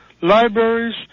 libraries